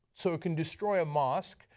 so it can destroy a mosque,